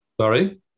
Sorry